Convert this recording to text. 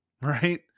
right